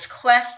quest